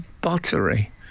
buttery